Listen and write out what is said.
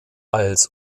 als